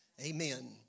Amen